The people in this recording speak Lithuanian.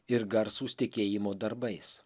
ir garsūs tikėjimo darbais